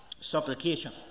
supplication